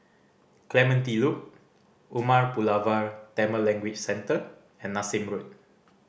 Clementi Loop Umar Pulavar Tamil Language Centre and Nassim Road